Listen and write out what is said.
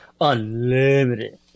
unlimited